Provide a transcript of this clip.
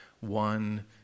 one